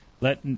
Let